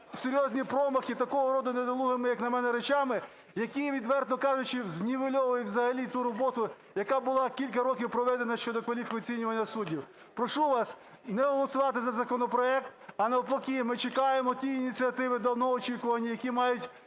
серйозні промахи такого роду недолугими, як на мене, речами, які, відверто кажучи, знівельовують ту роботу, яка була кілька років проведена щодо кваліфоцінювання суддів. Прошу вас не голосувати за законопроект, а навпаки, ми чекаємо ті ініціативи, давно очікувані, які мають,